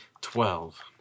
Twelve